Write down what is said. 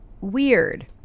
weird